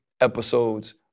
episodes